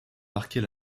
marquer